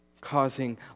causing